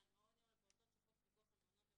(2)מעון יום לפעוטות שחוק פיקוח על מעונות יום